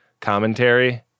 commentary